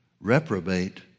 reprobate